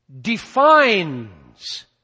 defines